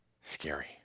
Scary